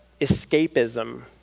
escapism